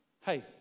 Hey